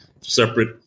separate